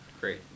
Great